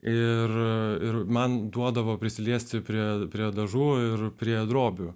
ir man duodavo prisiliesti prie prie dažų ir prie drobių